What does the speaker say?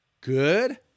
good